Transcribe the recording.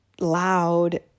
loud